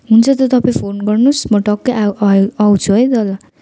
हुन्छ त तपाईँ फोन गर्नु होस् म टक्कै आ आउँ आउँछु है तल